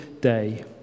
day